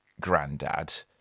granddad